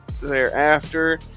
thereafter